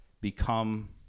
become